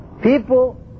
People